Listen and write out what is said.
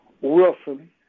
Wilson